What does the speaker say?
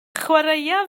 chwaraea